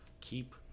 keep